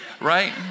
Right